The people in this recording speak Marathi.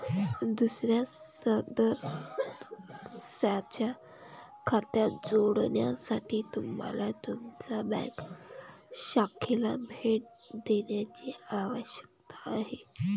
दुसर्या सदस्याच्या खात्यात जोडण्यासाठी तुम्हाला तुमच्या बँक शाखेला भेट देण्याची आवश्यकता आहे